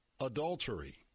adultery